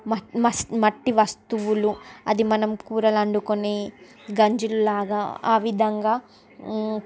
మట్టి మస్ మట్టి వస్తువులు అది మనం కూరలు వండుకొని గంజులు లాగా ఆ విధంగా